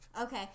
okay